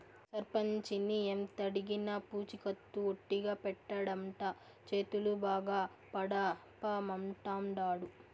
సర్పంచిని ఎంతడిగినా పూచికత్తు ఒట్టిగా పెట్టడంట, చేతులు బాగా తడపమంటాండాడు